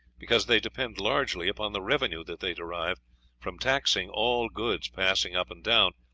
because they depend largely upon the revenue that they derive from taxing all goods passing up and down,